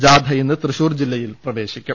ജാഥ ഇന്ന് തൃശൂർ ജില്ലയിൽ പ്രവേശിക്കും